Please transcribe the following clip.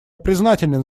признателен